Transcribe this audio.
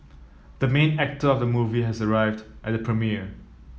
the main actor of the movie has arrived at the premiere